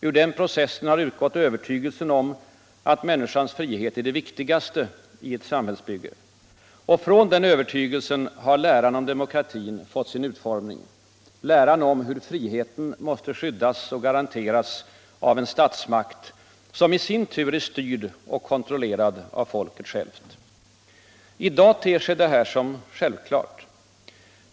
Ur den processen har utgått övertygelsen om att människans frihet är det viktigaste i ett samhällsbygge. Och från den övertygelsen har läran om demokratin fått sin utformning — läran om hur friheten måste skyddas och garanteras av en statsmakt som i sin tur är styrd och kontrollerad av folket självt. I dag ter sig detta som självklart.